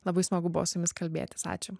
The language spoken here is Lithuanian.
labai smagu buvo su jumis kalbėtis ačiū